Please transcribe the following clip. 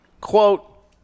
quote